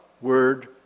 word